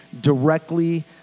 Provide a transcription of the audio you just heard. directly